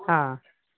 हा